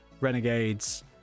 renegades